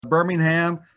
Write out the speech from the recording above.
Birmingham